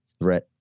threat